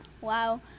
wow